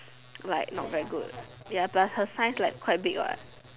like not very good ya plus her size like quite big what